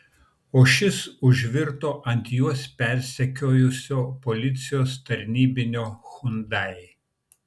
o šis užvirto ant juos persekiojusio policijos tarnybinio hyundai